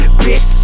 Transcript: bitch